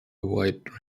wide